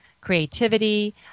creativity